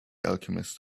alchemist